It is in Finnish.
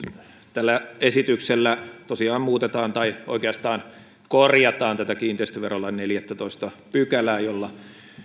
tällä esityksellä tosiaan muutetaan tai oikeastaan korjataan tätä kiinteistöverolain neljättätoista pykälää jolla